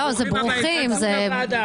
אבל זה לא איווט ליברמן.